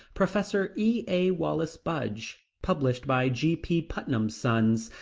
professor e a. wallis budge published by g p. putnam's sons,